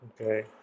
Okay